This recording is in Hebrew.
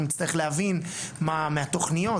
אנחנו נצטרך להבין מה מהתוכניות.